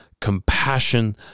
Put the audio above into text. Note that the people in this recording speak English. compassion